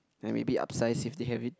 then maybe upsize if they have it